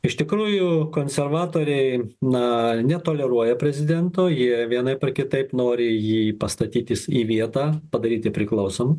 iš tikrųjų konservatoriai na ar netoleruoja prezidento jie vienaip ar kitaip nori jį pastatyti į vietą padaryti priklausomu